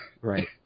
right